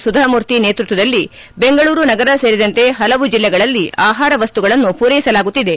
ಸುಧಾ ಮೂರ್ತಿ ನೇತೃತ್ವದಲ್ಲಿ ಬೆಂಗಳೂರು ನಗರ ಸೇರಿದಂತೆ ಪಲವು ಜಲ್ಲೆಗಳಲ್ಲಿ ಆಹಾರ ಮಸ್ತುಗಳನ್ನು ಪೂರೈಸಲಾಗುತ್ತಿದೆ